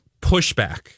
pushback